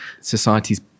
society's